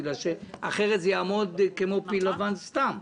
אחרת זה יעמוד כמו פיל לבן סתם.